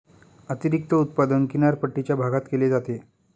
अतिरिक्त उत्पादन किनारपट्टीच्या भागात केले जाते